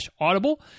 audible